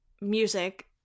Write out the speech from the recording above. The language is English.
music